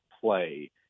play